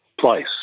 place